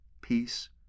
peace